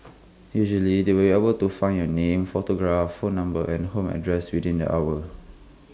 usually they will able to find your name photograph phone number and home address within the hour